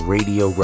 Radio